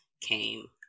came